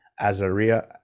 Azaria